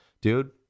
Dude